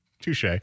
Touche